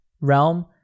realm